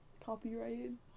Copyrighted